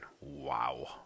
Wow